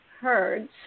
Herds